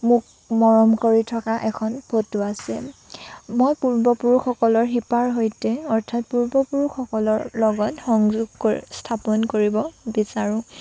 মোক মৰম কৰি থকা এখন ফটো আছে মই পূৰ্বপুৰুষসকলৰ শিপাৰ সৈতে অৰ্থাৎ পূৰ্বপুৰুষসকলৰ লগত সংযোগ স্থাপন কৰিব বিচাৰোঁ